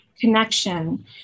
connection